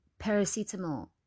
Paracetamol